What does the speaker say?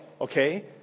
okay